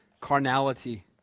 carnality